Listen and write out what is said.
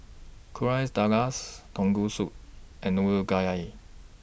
Quesadillas Tonkatsu and